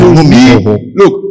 Look